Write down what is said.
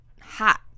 hot